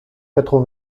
quatre